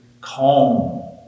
calm